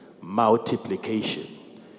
multiplication